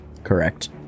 Correct